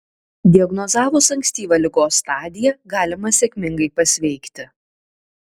diagnozavus ankstyvą ligos stadiją galima sėkmingai pasveikti